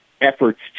efforts